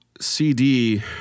CD